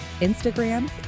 Instagram